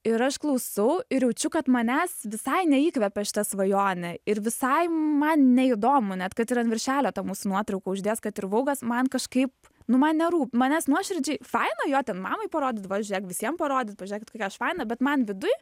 ir aš klausau ir jaučiu kad manęs visai neįkvepia šita svajonė ir visai man neįdomu net kad ir an viršelio ta mūsų nuotrauką uždės kad ir vougas man kažkaip nu man nerūp manęs nuoširdžiai faina jo ten mamai parodyt va žiūrėk visiems parodyt pažiūrėkit kokia aš faina bet man viduj